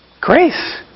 Grace